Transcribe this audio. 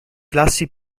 classi